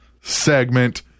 segment